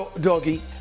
doggy